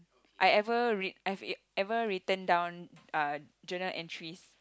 I ever re~ I've ever written down uh journal entries